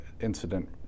incident